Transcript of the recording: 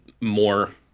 more